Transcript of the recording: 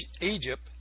Egypt